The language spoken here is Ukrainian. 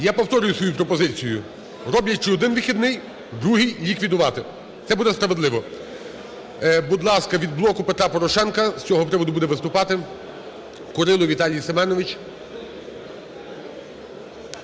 Я повторюю свою пропозицію, роблячи один вихідний, другий ліквідувати. Це буде справедливо. Будь ласка, від "Блоку Петра Порошенка" з цього приводу буде виступати Курило Віталій Семенович.